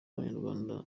abanyarwanda